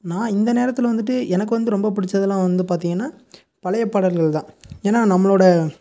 நான் இந்த நேரத்தில் வந்துட்டு எனக்கு வந்து ரொம்ப பிடிச்சதுலாம் வந்து பார்த்தீங்கன்னா பழைய பாடல்கள் தான் ஏன்னா நம்மளோட